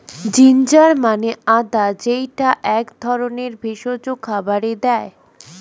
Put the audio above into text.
ginger মানে আদা যেইটা এক ধরনের ভেষজ খাবারে দেয়